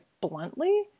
bluntly